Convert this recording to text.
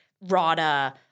RADA